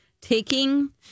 taking